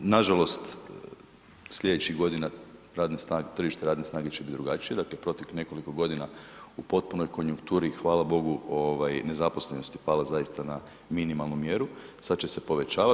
Nažalost, sljedećih godina tržište radne snage će biti drugačije, dakle proteklih nekoliko godina u potpunoj konjunkturi i hvala Bogu nezaposlenost je pala zaista na minimalnu mjeru, sada će se povećavat.